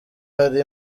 hari